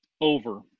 over